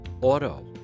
auto